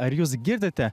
ar jūs girdite